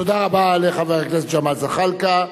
תודה רבה לחבר הכנסת ג'מאל זחאלקה.